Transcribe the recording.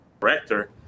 director